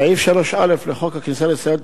סעיף 3א לחוק הכניסה לישראל,